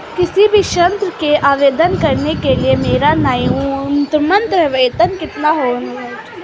किसी भी ऋण के आवेदन करने के लिए मेरा न्यूनतम वेतन कितना होना चाहिए?